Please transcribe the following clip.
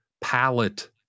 palette